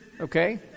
Okay